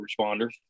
responders